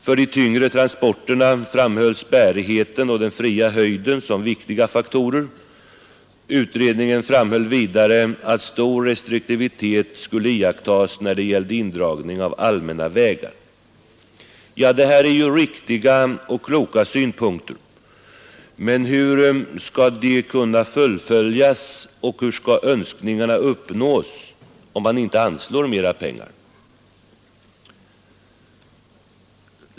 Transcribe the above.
För de tyngre transporterna framhölls bärigheten och den fria höjden som viktiga faktorer. Utredningen framhöll vidare att stor restriktivitet bör iakttas när det gäller indragning av allmänna vägar. Ja, det här är ju riktiga och kloka synpunkter, men hur skall de kunna fullföljas och hur skall önskningarna uppnås, om man inte anslår mera pengar?